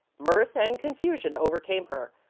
mirth and confusion overcame her.